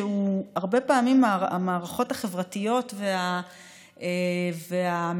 והרבה פעמים המערכות החברתיות והמדינתיות